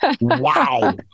Wow